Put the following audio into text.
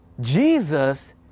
Jesus